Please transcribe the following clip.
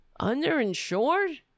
underinsured